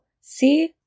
see